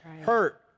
hurt